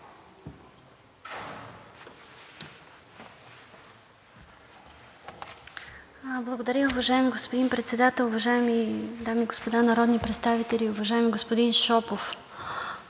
Благодаря. Уважаеми господин Председател, уважаеми госпожи и господа народни представители! Уважаеми господин Шопов,